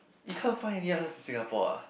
you can't find anyone else in Singapore ah